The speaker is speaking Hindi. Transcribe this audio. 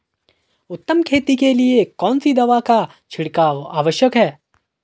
उत्तम खेती के लिए कौन सी दवा का छिड़काव आवश्यक है?